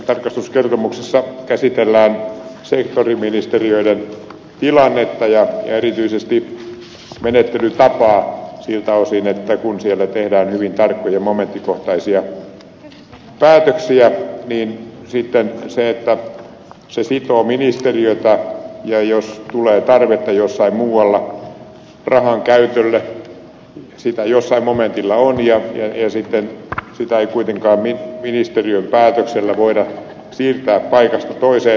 tässä tarkastuskertomuksessa käsitellään sektoriministeriöiden tilannetta ja erityisesti menettelytapaa siltä osin että kun niissä tehdään hyvin tarkkoja momenttikohtaisia päätöksiä niin sitten se sitoo ministeriötä ja jos tulee tarvetta jossain muualla rahankäytölle sitä rahaa jollain momentilla on sitten sitä rahaa ei kuitenkaan ministeriön päätöksellä voida siirtää paikasta toiseen